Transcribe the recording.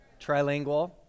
Trilingual